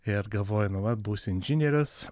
ir galvoju nu va būsiu inžinierius